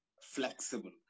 flexible